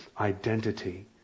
identity